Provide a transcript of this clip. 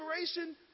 inspiration